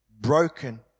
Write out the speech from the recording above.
broken